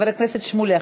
חבר הכנסת שמולי,